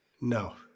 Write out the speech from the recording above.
No